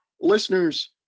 listeners